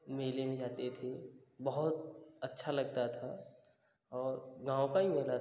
मेले में जाते थे बहुत अच्छा लगता था और गाँव का ही मेला था